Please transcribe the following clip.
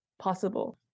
possible